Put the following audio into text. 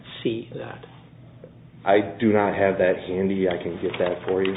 see that i do not have that handy i can get that for you